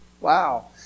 Wow